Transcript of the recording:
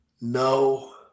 no